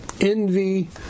envy